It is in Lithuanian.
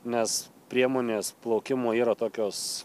nes priemonės plaukimo yra tokios